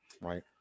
right